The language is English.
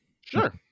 Sure